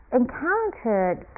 encountered